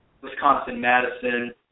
Wisconsin-Madison